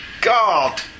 God